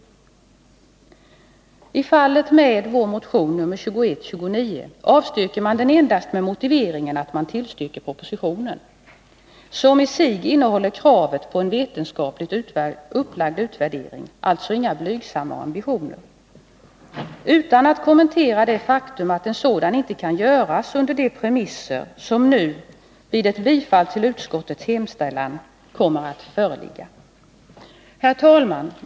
Vår motion, nr 2129, avstyrker man endast med motiveringen att man tillstyrker propositionen, som i sig innehåller kravet på en vetenskapligt upplagd utvärdering — alltså inga blygsamma ambitioner — utan att kommentera det faktum att en sådan inte kan göras på de premisser som nu, vid ett bifall till utskottets hemställan, kommer att föreligga. Herr talman!